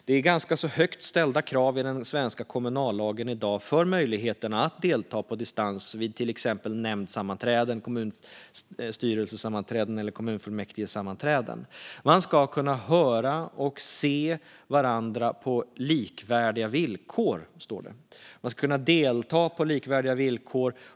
Det är i dag ganska högt ställda krav i den svenska kommunallagen när det gäller möjligheten att delta på distans vid till exempel nämndsammanträden, kommunstyrelsesammanträden eller kommunfullmäktigesammanträden. Man ska kunna höra och se varandra på likvärdiga villkor, står det. Man ska kunna delta på likvärdiga villkor.